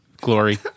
glory